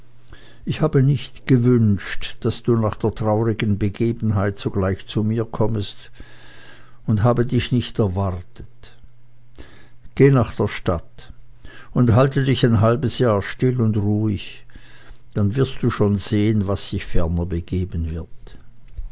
ich habe nicht gewünscht daß du nach der traurigen begebenheit sogleich zu mir kommest und habe dich nicht erwartet geh nach der stadt und halte dich ein halbes jahr still und ruhig und dann wirst du schon sehen was sich ferner begeben wird